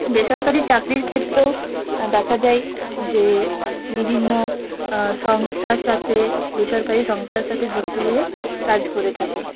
বেসরকারি চাকরির ক্ষেত্রেও দেখা যায় যে বিভিন্ন সংস্থার সাথে বেসরকারি সংস্থার সাথে যুক্ত হয়ে কাজ করে থাকে